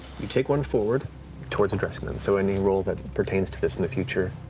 you take one forward towards addressing him. so any roll that pertains to this in the future,